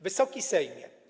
Wysoki Sejmie!